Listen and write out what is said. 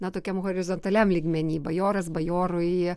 na tokiam horizontaliam lygmeny bajoras bajorui